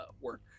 work